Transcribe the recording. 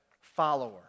follower